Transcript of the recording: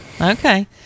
Okay